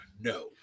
no